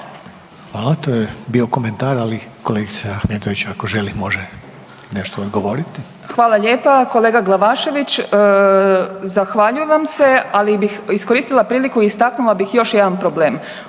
Hvala. To je bio komentar, ali kolegica Ahmetović ako želi može nešto odgovoriti. **Ahmetović, Mirela (SDP)** Hvala lijepo kolega Glavašević. Zahvaljujem vam se, ali bih iskoristila priliku i istaknula bih još jedan problem.